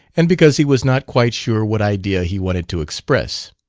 and because he was not quite sure what idea he wanted to express.